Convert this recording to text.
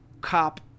cop